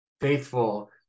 faithful